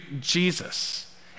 Jesus